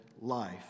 life